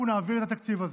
אנחנו נעביר את התקציב הזה.